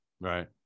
Right